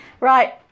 right